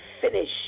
finish